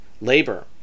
labor